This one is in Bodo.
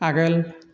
आगोल